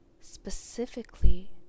specifically